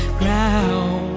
ground